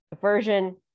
Version